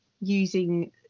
using